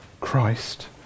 Christ